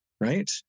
right